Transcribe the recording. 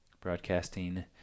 broadcasting